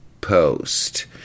post